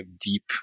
deep